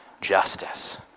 justice